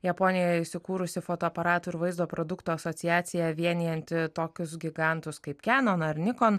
japonijoje įsikūrusi fotoaparatų ir vaizdo produktų asociacija vienijanti tokius gigantus kaip kenon ar nikon